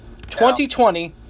2020